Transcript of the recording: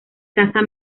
caza